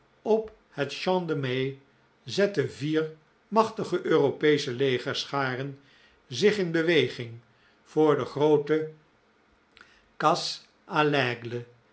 op het champ de mai zetten vier machtige europeesche legerscharen zich in beweging voor de groote chasse